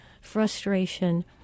frustration